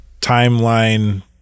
timeline